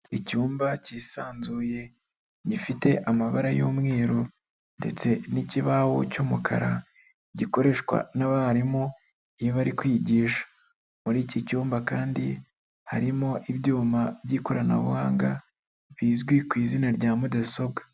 Icyumba kisanzuye gifite amabara y'umweru ndetse n'ikibaho cy'umukara gikoreshwa n'abarimu iyo bari kwigisha, muri iki cyumba kandi harimo ibyuma by'ikoranabuhanga bizwi ku izina rya mudasobwa.